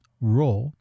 RAW